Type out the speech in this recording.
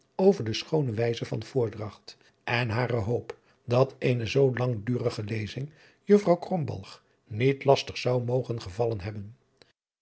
over de schoone wijze van voordragt en hare hoop dat eene zoo langdurige lezing juffrouw krombalg niet lastig zou mogen gevallen hebben